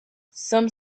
some